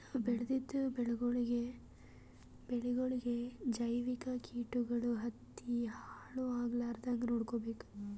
ನಾವ್ ಬೆಳೆದಿದ್ದ ಬೆಳಿಗೊಳಿಗಿ ಜೈವಿಕ್ ಕೀಟಗಳು ಹತ್ತಿ ಹಾಳ್ ಆಗಲಾರದಂಗ್ ನೊಡ್ಕೊಬೇಕ್